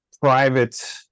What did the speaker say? private